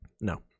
No